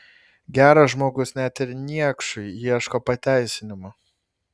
geras žmogus net ir niekšui ieško pateisinimų